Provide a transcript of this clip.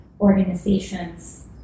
organizations